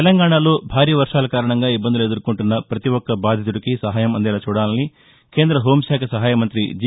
తెలంగాణాలో భారీ వర్వాల కారణంగా ఇబ్బందులు ఎదుర్కొంటున్న పతి ఒక్క బాధితుడుకి సహాయం అందేలా చూడాలని కేంద హోం శాఖ సహాయ మంతి జి